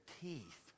teeth